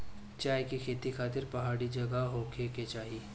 चाय के खेती खातिर पहाड़ी जगह होखे के चाही